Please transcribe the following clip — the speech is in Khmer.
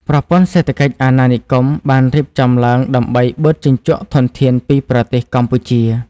ប្រព័ន្ធសេដ្ឋកិច្ចអាណានិគមបានរៀបចំឡើងដើម្បីបឺតជញ្ជក់ធនធានពីប្រទេសកម្ពុជា។